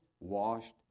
washed